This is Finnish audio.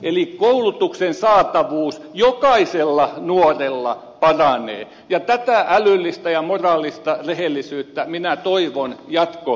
eli koulutuksen saatavuus jokaisella nuorella paranee ja tätä älyllistä ja moraalista rehellisyyttä minä toivon jatkokeskusteluissa